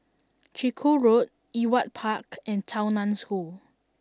Chiku Road Ewart Park and Tao Nan School